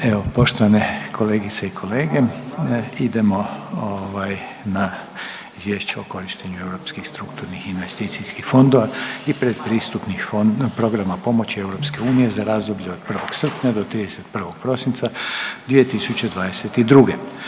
Evo, poštovane kolegice i kolege, idemo ovaj, na: - Izvješće o korištenju europskih strukturnih investicijskih fondova i pretpristupnih programa pomoći EU za razdoblje od 1. srpnja do 31. prosinca 2022.